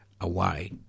away